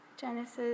Genesis